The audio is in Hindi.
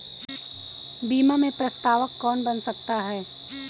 बीमा में प्रस्तावक कौन बन सकता है?